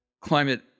climate